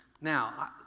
Now